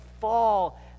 fall